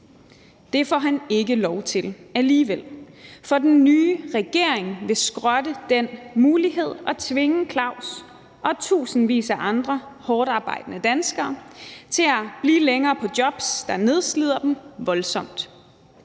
Det får han ikke lov til alligevel, for den nye regering vil skrotte den mulighed og tvinge Claus og tusindvis af andre hårdtarbejdende danskere til at blive længere i job, der er nedslidende. Som